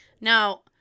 Now